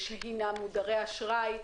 מודרי אשראי,